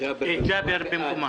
במקומה